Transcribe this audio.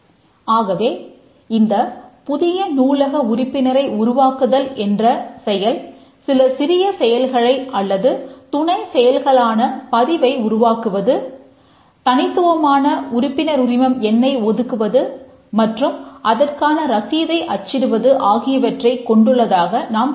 ஆகவே இந்த புதிய நூலக உறுப்பினரை உருவாக்குதல் என்ற செயல் சில சிறிய செயல்களை அல்லது துணை செயல்களான பதிவை உருவாக்குவது தனித்துவமான உறுப்பினருரிம எண்னை ஒதுக்குவது மற்றும் அதற்கான ரசீதை அச்சிடுவது ஆகியவற்றை கொண்டுள்ளதாக நாம் கருத முடியும்